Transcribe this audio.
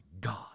God